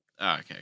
Okay